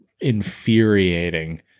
infuriating